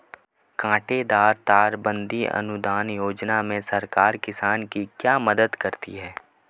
कांटेदार तार बंदी अनुदान योजना में सरकार किसान की क्या मदद करती है?